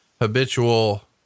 habitual